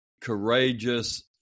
courageous